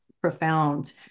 profound